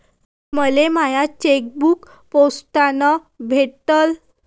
मले माय चेकबुक पोस्टानं भेटल